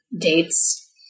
dates